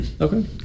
Okay